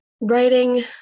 writing